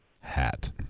hat